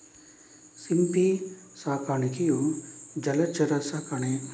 ಸಿಂಪಿ ಸಾಕಾಣಿಕೆಯು ಜಲಚರ ಸಾಕಣೆ